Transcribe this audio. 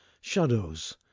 Shadows